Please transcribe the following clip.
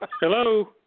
Hello